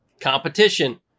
Competition